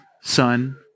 son